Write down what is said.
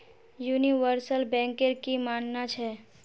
universal बैंकेर की मानना छ